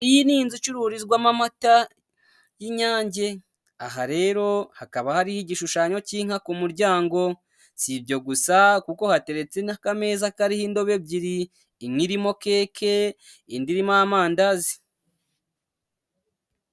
Iyi ni inzu icururizwamo amata y'inyange. Aha rero hakaba hariho igishushanyo cy'inka ku muryango. Si ibyo gusa, kuko hateretse n'akameza kariho indobo ebyiri: imwe irimo keke, indi irimo amandazi.